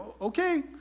okay